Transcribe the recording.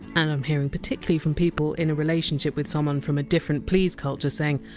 and i! m hearing particularly from people in a relationship with someone from a different! please! culture saying!